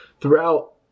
throughout